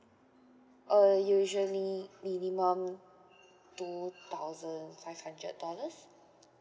uh usually minimum two thousand five hundred dollars